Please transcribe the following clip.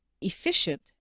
efficient